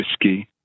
risky